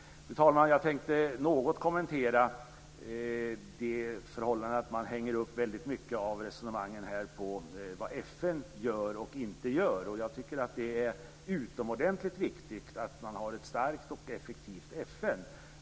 Fru talman! Jag tänkte något kommentera det förhållandet att man hänger upp väldigt mycket av resonemanget på vad FN gör och inte gör. Jag tycker att det är utomordentligt viktigt att man har ett starkt och effektivt FN.